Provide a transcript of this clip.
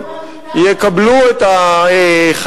אבל זה הומניטרי.